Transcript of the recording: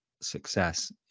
success